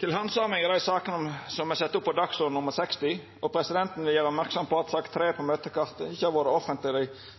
Presidenten vil gjera merksam på at sak nr. 3 på møtekartet ikkje har vore offentleg i dei